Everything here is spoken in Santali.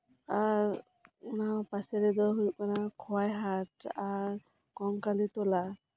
ᱟᱨ ᱚᱱᱟ ᱯᱟᱥᱮ ᱨᱮᱫᱚ ᱦᱩᱭᱳᱜ ᱠᱟᱱᱟ ᱠᱷᱚᱣᱟᱭ ᱦᱟᱴ ᱟᱨ ᱠᱚᱝᱠᱟᱞᱤ ᱛᱚᱞᱟ